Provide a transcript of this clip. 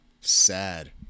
sad